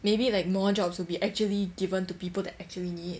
maybe like more jobs will be actually given to people that actually need